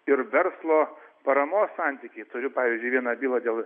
ir verslo paramos santykiai turiu pavyzdžiui vieną bylą dėl